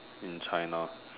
in China